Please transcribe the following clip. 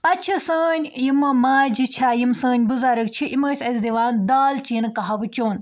پَتہٕ چھِ سٲنۍ یِمہٕ ماجہِ چھا یِم سٲنۍ بُزرٕگ چھِ یِم ٲسۍ أسہِ دِوان دالچیٖن کَہوٕ چوٚن